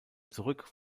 zurück